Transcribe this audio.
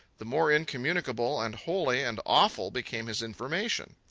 the more incommunicable and holy and awful became his information.